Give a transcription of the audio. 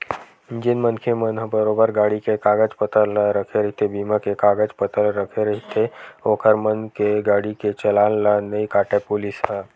जेन मनखे मन ह बरोबर गाड़ी के कागज पतर ला रखे रहिथे बीमा के कागज पतर रखे रहिथे ओखर मन के गाड़ी के चलान ला नइ काटय पुलिस ह